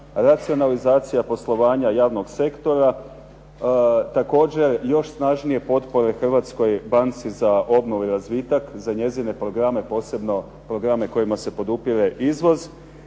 racionalizacija poslovanja javnog sektora. Također još snažnije potpore Hrvatskoj banci za obnovu i razvitak, za njezine programe, posebno programe kojima se podupire izvoz.